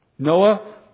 Noah